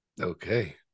Okay